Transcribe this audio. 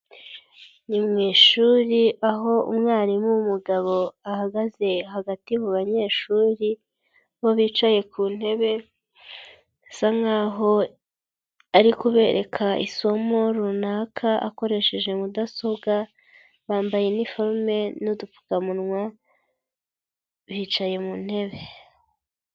Ni mu ishuri aho umwarimu w'umugabo ahagaze hagati mu banyeshuri, bo bicaye ku intebe asa nkaho ari kubereka isomo runaka akoresheje mudasobwa bambaye niforume n'udupfukamunwa bicaye mu intebe.